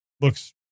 looks